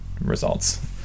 results